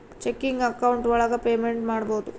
checking account ಒಳಗ payment ಮಾಡ್ಬೋದು